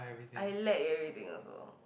I lack everything also